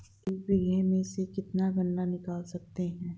एक बीघे में से कितना गन्ना निकाल सकते हैं?